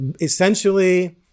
Essentially